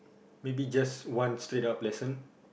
maybe just one straight up lesson